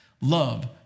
Love